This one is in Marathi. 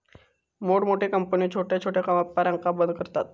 मोठमोठे कंपन्यो छोट्या छोट्या व्यापारांका बंद करता